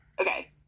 Okay